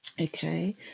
Okay